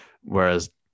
Whereas